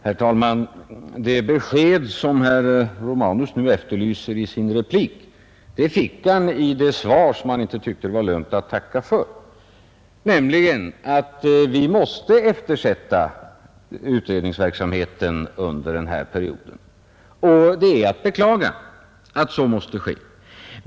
Herr talman! Det besked som herr Romanus nu efterlyste i sin replik fick han i det svar som han inte tyckte det var lönt att tacka för, nämligen att vi måste eftersätta utredningsverksamheten under den här perioden. Det är att beklaga att så måste ske.